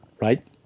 right